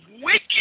wicked